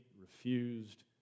refused